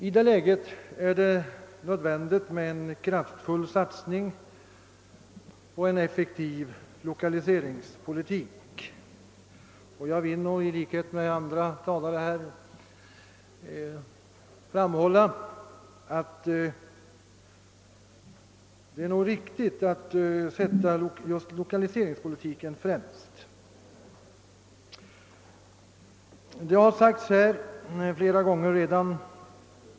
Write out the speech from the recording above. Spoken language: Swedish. I det läget är det nödvändigt med en kraftfull satsning på en effektiv lokaliseringspolitik och jag vill i likhet med andra talare understryka att det nog är riktigt att sätta just lokaliseringspolitiken främst.